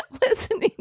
listening